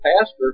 pastor